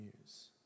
news